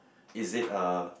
is it a